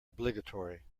obligatory